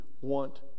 want